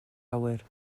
awyr